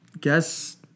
guess